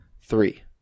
Three